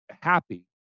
happy